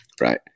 right